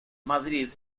madrid